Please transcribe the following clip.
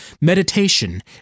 meditation